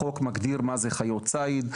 החוק מגדיר מה זה חיות ציד.